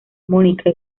mónica